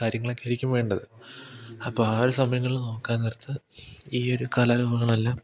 കാര്യങ്ങളൊക്കെയായിരിക്കും വേണ്ടത് അപ്പോൾ ആ ഒരു സമയങ്ങളിൽ നോക്കാൻ നേരത്ത് ഈ ഒരു കലാരൂപങ്ങളെല്ലാം